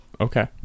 okay